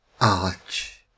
Arch